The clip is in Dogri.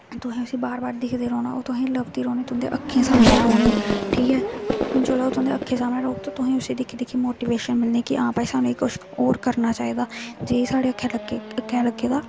तुसें उसी बार बार दिखदे रौह्ना ओह् तुसें लभदी रौह्नी तुं'दी अक्खियें सामनै रौह्नी ठीक ऐ जिसलै ओह् तुं'दी अक्खीं सामनै रौह्ग ते तुसें उसी दिक्खी दिक्खी मोटिवेशन मिलनी कि हां भाई सानूं एह् कुछ होर करना चाहिदा जेह् साढ़ा अग्गें लग्गे दा